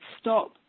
stop